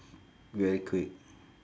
very quick